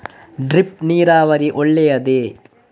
Drip ನೀರಾವರಿ ಒಳ್ಳೆಯದೇ?